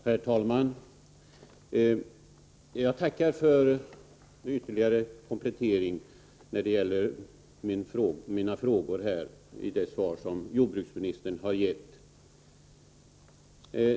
Herr talman! Jag tackar för den här kompletteringen av det svar på mina frågor som jordbruksministern har givit.